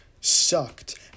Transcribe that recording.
sucked